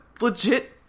legit